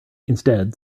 instead